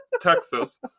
Texas